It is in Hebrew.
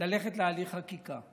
ללכת להליך חקיקה.